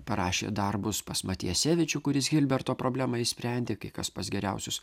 parašė darbus pas matijesevičių kuris hilberto problemą išsprendė kai kas pas geriausius